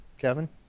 Kevin